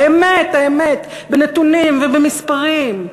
האמת, האמת, בנתונים ובמספרים.